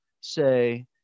say